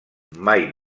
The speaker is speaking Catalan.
mai